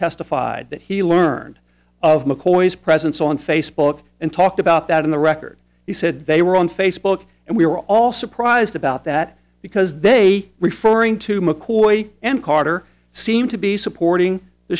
testified that he learned of mccoy's presence on facebook and talked about that in the record he said they were on facebook and we were all surprised about that because they referring to mccoy and carter seemed to be supporting the